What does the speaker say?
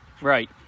right